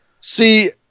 See